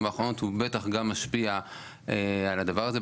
האחרונות הוא בטח גם משפיע על הדבר הזה.